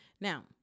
now